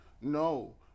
No